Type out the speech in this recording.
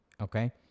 okay